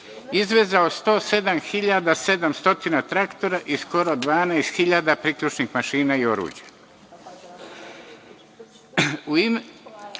izvezao 107.700 traktora i skoro 12 hiljada priključnih mašina i oruđa.